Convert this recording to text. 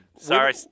Sorry